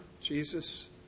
Jesus